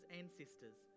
ancestors